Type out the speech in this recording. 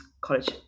college